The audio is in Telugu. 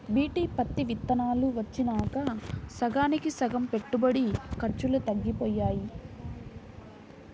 బీటీ పత్తి విత్తనాలు వచ్చినాక సగానికి సగం పెట్టుబడి ఖర్చులు తగ్గిపోయాయి